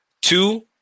two